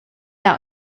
out